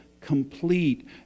complete